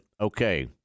Okay